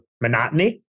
monotony